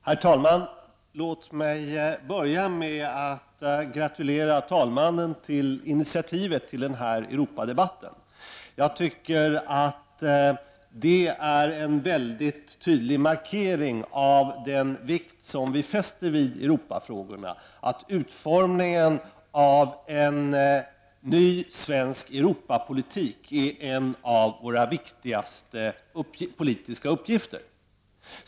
Herr talman! Låt mig börja med att gratulera talmannen till initiativet till den här Europadebatten. Jag tycker att det är en mycket tydlig markering av den vikt som vi fäster vid Europafrågorna och av att utformningen av en ny svensk Europapolitik är en av våra viktigaste politiska uppgifter.